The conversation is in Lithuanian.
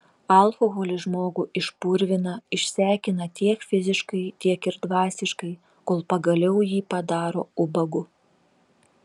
alkoholis žmogų išpurvina išsekina tiek fiziškai tiek ir dvasiškai kol pagaliau jį padaro ubagu